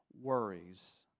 worries